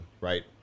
right